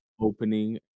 opening